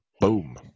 Boom